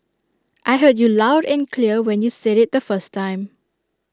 I heard you loud and clear when you said IT the first time